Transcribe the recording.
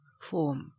form